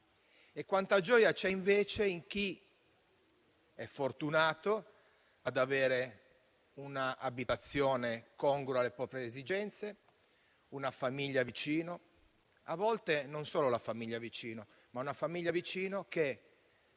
E quanta gioia c'è invece in chi è fortunato ad avere un'abitazione congrua alle proprie esigenze e una famiglia vicino? A volte non si tratta solo di questo, ma di una famiglia vicina, che,